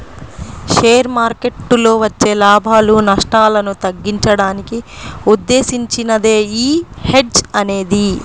share మార్కెట్టులో వచ్చే లాభాలు, నష్టాలను తగ్గించడానికి ఉద్దేశించినదే యీ హెడ్జ్ అనేది